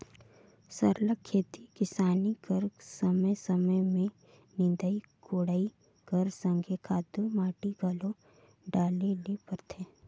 सरलग खेती किसानी कर समे समे में निंदई कोड़ई कर संघे खातू माटी घलो डाले ले परथे